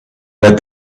read